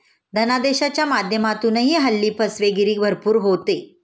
धनादेशाच्या माध्यमातूनही हल्ली फसवेगिरी भरपूर होते